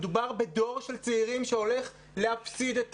מדובר בדור של צעירים שהולך להפסיד את